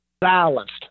balanced